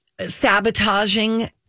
sabotaging